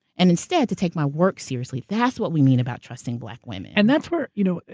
and instead, to take my work seriously, that's what we mean about trusting black women. and that's where, you know,